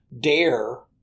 dare